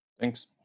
Thanks